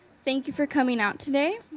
thank you for coming out today.